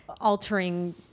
altering